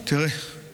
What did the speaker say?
אולי נגיד פרק תהילים.